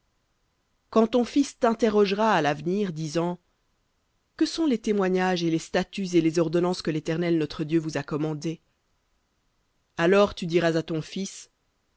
quand ton fils t'interrogera à l'avenir disant que sont les témoignages et les statuts et les ordonnances que l'éternel notre dieu vous a commandés alors tu diras à ton fils